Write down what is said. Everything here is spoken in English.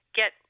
get